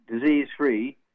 disease-free